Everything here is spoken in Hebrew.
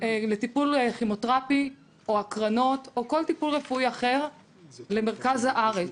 לטיפול כימותרפי או להקרנות או לכל טיפול רפואי אחר למרכז הארץ.